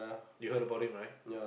you've heard about him right